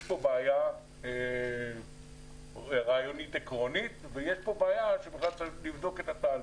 יש כאן בעיה רעיונית עקרונית ויש כאן בעיה שבכלל צריך לבדוק את התהליך.